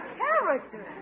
character